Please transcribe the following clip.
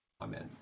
Amen